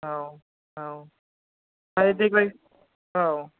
औ औ ओमफाय देग्लाय औ